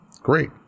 Great